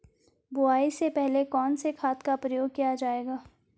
बुआई से पहले कौन से खाद का प्रयोग किया जायेगा?